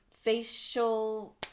facial